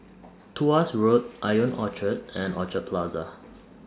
Tuas Road Ion Orchard and Orchard Plaza